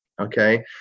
Okay